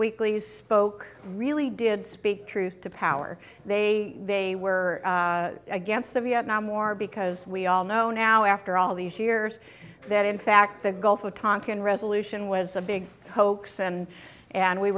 weeklies spoke really did speak truth to power they they were against the vietnam war because we all know now after all these years that in fact the gulf of tonkin resolution was a big hoax and and we